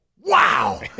wow